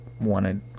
wanted